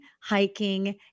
hiking